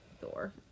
thor